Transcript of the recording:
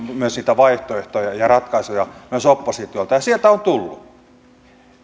myös niitä vaihtoehtoja ja ratkaisuja myös oppositiolta ja sieltä on tullut